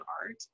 art